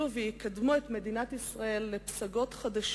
ויקדמו את מדינת ישראל לפסגות חדשות,